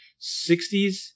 60s